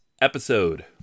episode